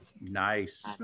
Nice